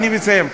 אני מסיים.